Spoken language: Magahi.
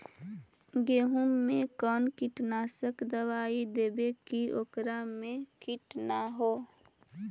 गेहूं में कोन कीटनाशक दबाइ देबै कि ओकरा मे किट न हो?